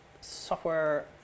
software